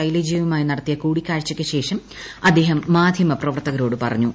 ശൈലജയുമായി നടത്തിയ കൂടിക്കാഴ്ചയ്ക്കുശേഷം അദ്ദേഹം മാധ്യമ പ്രവർത്തകരോട് പറഞ്ഞു